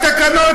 התקנות,